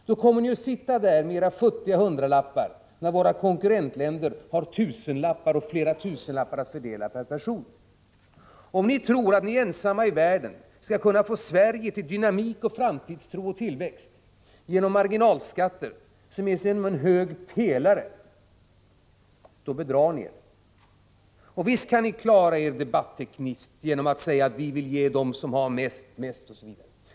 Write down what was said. Då kommer ni att sitta där med era futtiga hundralappar, medan våra konkurrentländer har flera tusenlappar att fördela per person. Om ni tror att ni ensamma i världen skall kunna få dynamik, framtidstro och tillväxt genom marginalskatter som är som en hög pelare bedrar ni er. Visst kan ni klara er debattekniskt genom att säga att vi vill ge dem mest som har mest, osv.